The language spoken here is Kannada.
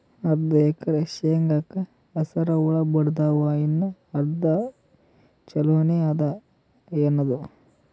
ಅರ್ಧ ಎಕರಿ ಶೇಂಗಾಕ ಹಸರ ಹುಳ ಬಡದಾವ, ಇನ್ನಾ ಅರ್ಧ ಛೊಲೋನೆ ಅದ, ಏನದು?